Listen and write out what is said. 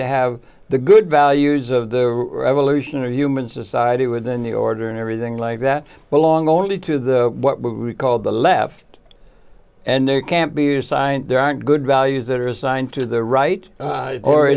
to have the good values of the evolution of human society within the order and everything like that but long only to the what we call the left and there can't be assigned there aren't good values that are assigned to the right or